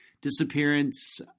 disappearance